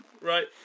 Right